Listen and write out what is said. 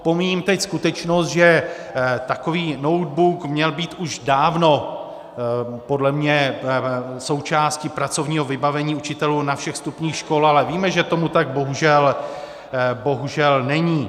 Pomíjím teď skutečnost, že takový notebook měl být už dávno podle mě součástí pracovního vybavení učitelů na všech stupních škol, ale víme, že tomu tak bohužel není.